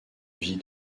vie